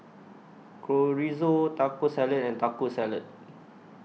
Chorizo Taco Salad and Taco Salad